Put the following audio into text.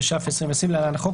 התש״ף־2020 (להלן - החוק),